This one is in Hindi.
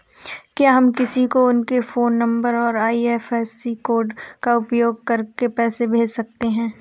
क्या हम किसी को उनके फोन नंबर और आई.एफ.एस.सी कोड का उपयोग करके पैसे कैसे भेज सकते हैं?